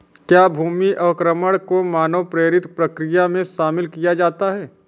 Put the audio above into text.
क्या भूमि अवक्रमण को मानव प्रेरित प्रक्रिया में शामिल किया जाता है?